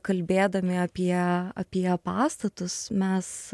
kalbėdami apie apie pastatus mes